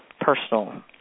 personal